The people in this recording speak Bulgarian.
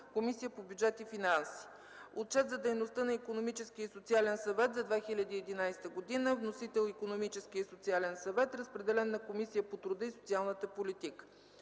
Комисията по бюджет и финанси; - Отчет за дейността на Икономическия и социален съвет за 2011 г. Вносител – Икономическият и социален съвет. Разпределен е на Комисията по труда и социалната политика;